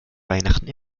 weihnachten